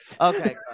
Okay